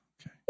Okay